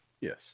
Yes